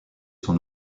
son